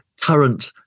current